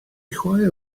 chwaer